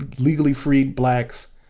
ah legally free blacks,